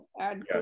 add